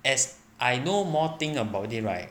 as I know more thing about it right